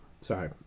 Sorry